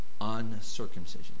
uncircumcision